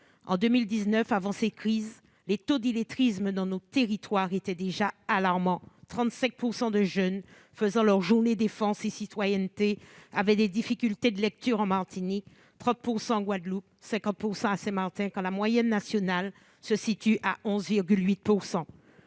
En 2019, avant cette crise, les taux d'illettrisme dans nos territoires étaient déjà alarmants : 35 % des jeunes faisant leur Journée défense et citoyenneté avaient des difficultés de lecture en Martinique, 30 % en Guadeloupe et 50 % à Saint-Martin, quand la moyenne nationale se situait à 11,8 %